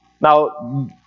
Now